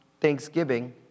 Thanksgiving